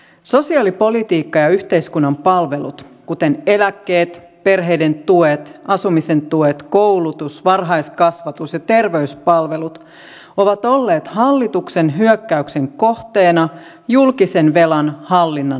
sosiaalipolitiikka ja yhteiskunnan palvelut kuten eläkkeet perheiden tuet asumisen tuet koulutus varhaiskasvatus ja terveyspalvelut ovat olleet hallituksen hyökkäyksen kohteina julkisen velan hallinnan nimissä